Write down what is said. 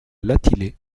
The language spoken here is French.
latillé